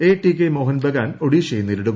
A T K Mohun Bagan ഒഡീഷയെ നേരിടും